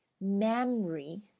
Memory